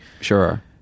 Sure